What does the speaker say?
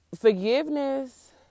Forgiveness